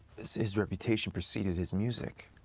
his reputation preceded his music,